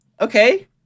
okay